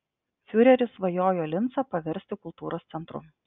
fiureris svajojo lincą paversti kultūros centru